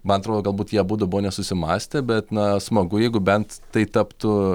man atrodo galbūt jie abudu buvo nesusimąstę bet na smagu jeigu bent tai taptų